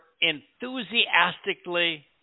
enthusiastically